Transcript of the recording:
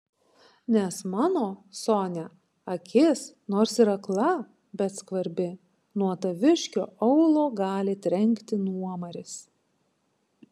nes mano sonia akis nors ir akla bet skvarbi nuo taviškio aulo gali trenkti nuomaris